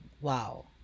wow